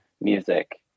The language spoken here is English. music